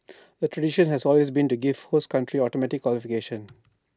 the tradition has always been to give host country automatic qualification